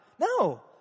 no